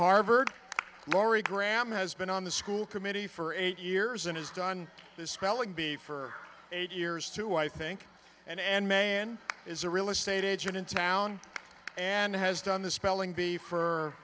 harvard laurie graham has been on the school committee for eight years and has done this spelling bee for eight years too i think and and man is a real estate agent in town and has done the spelling bee for